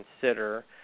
consider